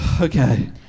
Okay